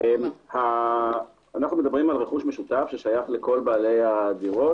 אנו מדברים על רכוש משותף ששייך לכל בעלי הדירות,